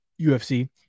ufc